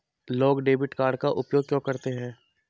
लोग debit card का उपयोग क्यों करते हैं?